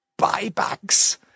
buybacks